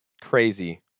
crazy